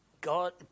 God